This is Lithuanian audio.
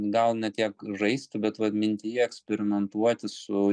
gal ne tiek žaisti bet vat minty je eksperimentuoti su